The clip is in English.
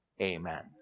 Amen